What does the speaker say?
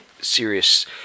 serious